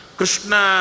Krishna